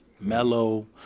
Mellow